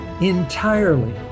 entirely